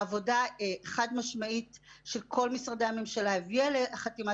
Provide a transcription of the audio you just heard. עבודה חד-משמעית של כל משרדי הממשלה הביאה לחתימה